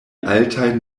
altaj